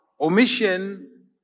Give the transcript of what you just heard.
omission